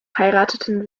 heirateten